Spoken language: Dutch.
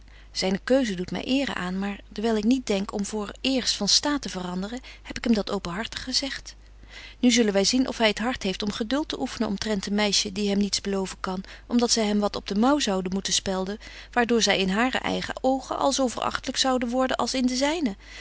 zyne keuze doet my eere aan maar dewyl ik niet denk om voor eerst van staat te veranderen heb ik hem dat openhartig gezegt nu zullen wy zien of hy het hart heeft om geduld te oeffenen omtrent een meisje die hem niets beloven kan om dat zy hem wat op den mou zoude moeten spelden waar door zy in hare eigen oogen al zo verachtelyk zoude worden als in de zynen